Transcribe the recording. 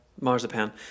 marzipan